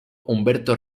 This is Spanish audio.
humberto